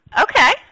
okay